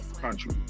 Country